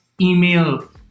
email